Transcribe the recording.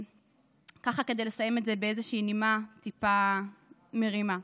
כדי לסיים את זה באיזושהי נימה טיפה מרימה: